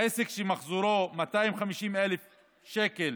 עסק שמחזורו 250,000 שקלים